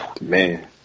man